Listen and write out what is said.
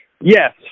Yes